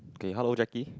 okay hello Jacky